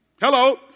Hello